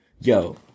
Yo